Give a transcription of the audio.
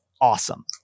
awesome